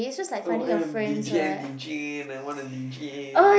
O M D Jane D Jane I wanna D Jane